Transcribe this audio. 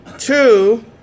Two